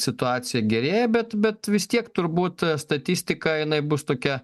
situacija gerėja bet bet vis tiek turbūt statistika jinai bus tokia